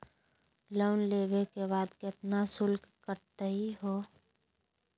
Loan लेवे के बाद केतना शुल्क कटतही हो?